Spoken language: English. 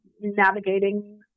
navigating